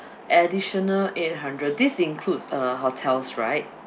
additional eight hundred this includes uh hotels right